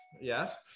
yes